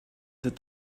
that